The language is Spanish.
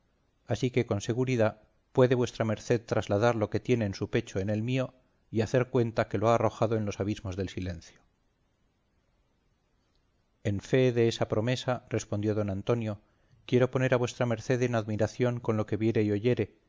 así que con seguridad puede vuestra merced trasladar lo que tiene en su pecho en el mío y hacer cuenta que lo ha arrojado en los abismos del silencio en fee de esa promesa respondió don antonio quiero poner a vuestra merced en admiración con lo que viere y oyere